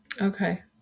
Okay